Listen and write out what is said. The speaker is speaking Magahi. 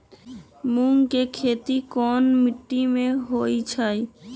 मूँग के खेती कौन मीटी मे होईछ?